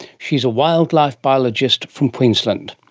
she's a wildlife biologist from queensland.